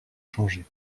changé